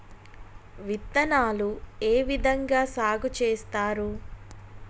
విత్తనాలు ఏ విధంగా సాగు చేస్తారు?